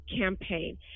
campaign